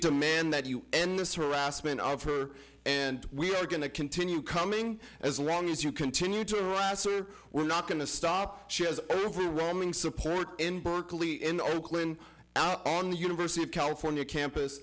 demand that you end this harassment of her and we are going to continue coming as long as you continue to harass or we're not going to stop she has overwhelming support in berkeley in the oakland on the university of california campus